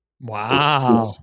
Wow